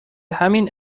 همین